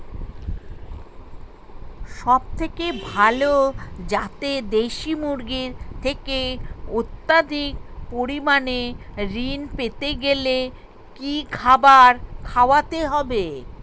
সবথেকে ভালো যাতে দেশি মুরগির থেকে অত্যাধিক পরিমাণে ঋণ পেতে গেলে কি খাবার খাওয়াতে হবে?